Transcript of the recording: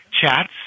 chats